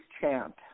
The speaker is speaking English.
chant